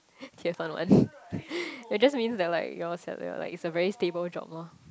it just means like your yea it's like a very stable job loh